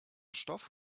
stoff